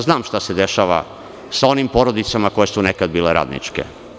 Znam šta se dešava sa onim porodicama koje su nekad bile radničke.